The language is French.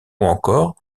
encore